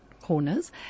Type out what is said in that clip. corners